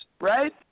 Right